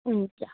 हुन्छ